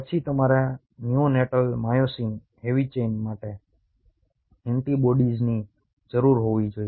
પછી તમારે neonatal myosin heavy chain માટે એન્ટિબોડીઝની જરૂર હોવી જોઈએ